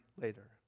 later